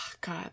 god